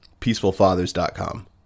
PeacefulFathers.com